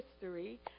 history